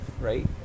right